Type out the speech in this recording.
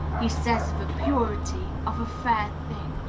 he says of a purity, of a fair thing.